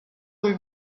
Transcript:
rue